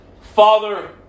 Father